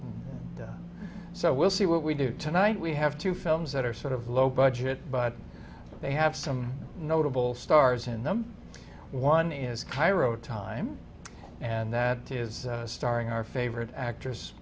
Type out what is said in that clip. so we'll see what we do tonight we have two films that are sort of low budget but they have some notable stars in them one is cairo time and that is starring our favorite actress